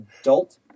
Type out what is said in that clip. adult